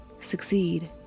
succeed